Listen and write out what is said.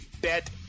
Bet